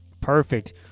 Perfect